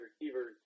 receivers